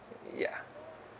ya